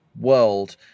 world